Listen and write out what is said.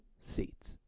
seats